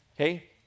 Okay